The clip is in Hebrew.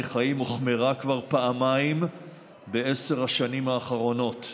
חיים הוחמרה כבר פעמיים בעשר השנים האחרונות.